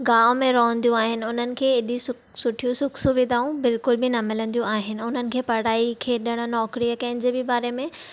गांव में रहंदियूं आहिनि उन्हनि खे एॾी सुठियूं सुख सुविधाऊं बिल्कुल बि न मिलंदियूं आहिनि उन्हनि खे पढ़ाई खेॾणु नौकरी या किंहिं जे बि बारे में